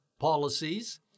policies